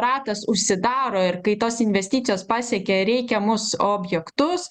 ratas užsidaro ir kai tos investicijos pasiekė reikiamus objektus